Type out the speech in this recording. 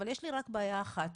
אבל יש לי רק בעיה אחת,